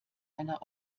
einer